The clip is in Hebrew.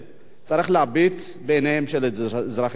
שצריך להביט בעיניהם של אזרחי ישראל.